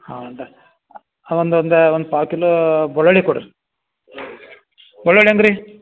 ಹಾಂ ಒಂದು ಹಾಂ ಒಂದು ಒಂದು ಒಂದು ಪಾವ್ ಕಿಲೋ ಬೆಳ್ಳುಳ್ಳಿ ಕೊಡಿರಿ ಬಳ್ಳೊಳ್ ಹೆಂಗ್ರೀ